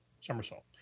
Somersault